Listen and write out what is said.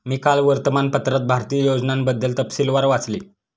मी काल वर्तमानपत्रात भारतीय योजनांबद्दल तपशीलवार वाचले